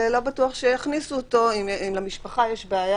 ולא בטוח שיכניסו אותו אם למשפחה יש בעיה